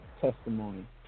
testimony